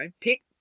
pick